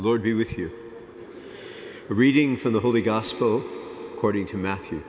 lord be with you reading from the holy gospel according to matthew